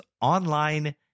Online